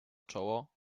czoło